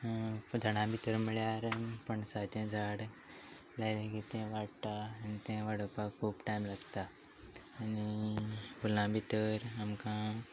पूण झाडां भितर म्हळ्यार पणसाचें झाड लायतकच तें वाडटा आनी तें वाडोवपाक खूब टायम लागता आनी फुलां भितर आमकां